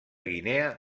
guinea